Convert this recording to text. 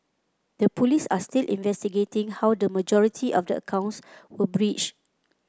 the Police are still investigating how the majority of the accounts were breached